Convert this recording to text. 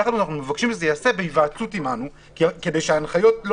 יחד עם זאת אנחנו מבקשים שזה יעשה בהיוועצות אתנו כדי שההנחיות לא